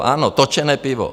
Ano, točené pivo.